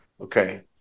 okay